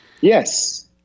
Yes